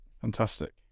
fantastic